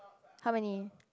how many